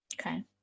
Okay